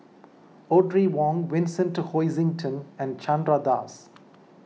Audrey Wong Vincent Hoisington and Chandra Das